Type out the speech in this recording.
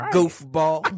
Goofball